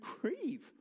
grieve